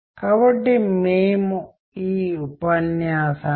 కోర్సులో సర్వేలు చాలా ముఖ్యమైన పాత్ర పోషిస్తాయి